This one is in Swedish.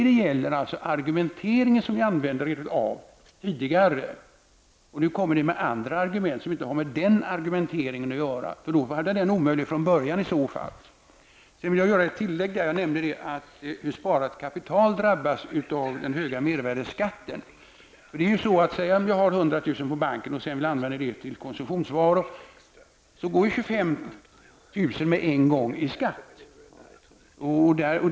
Det gäller således den argumentering ni har använt er av tidigare. Ni kommer nu med andra argument som inte har med den tidigare argumenteringen att göra -- i annat fall skulle den ha varit omöjlig från början. Jag nämnde att sparat kapital drabbas av den höga mervärdeskatten. Jag vill där göra ett tillägg. Om man t.ex. har 100 000 kr. på banken och vill använda dem till konsumtionsvaror, går 25 000 med en gång till skatt.